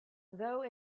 though